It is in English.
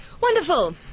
Wonderful